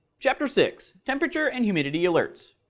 chapter six temperature and humidity alerts,